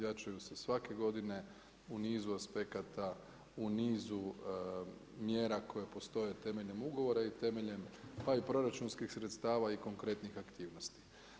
Ja ću im se svake godine u nizu aspekata u nizu mjera koje postoje temeljem ugovora i temeljem pa i proračunskih sredstava i konkretnih aktivnosti.